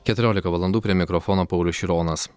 keturiolika valandų prie mikrofono paulius šironas